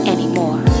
Anymore